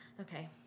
Okay